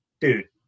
Dude